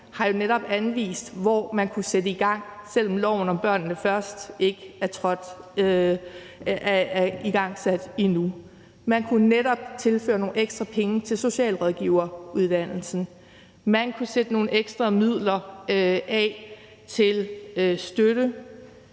har jo netop anvist, hvor man kunne sætte i gang, selv om loven om »Børnene Først« ikke er igangsat endnu. Man kunne netop tilføre nogle ekstra penge til socialrådgiveruddannelsen. Man kunne sætte nogle ekstra midler af til støtte.